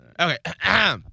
Okay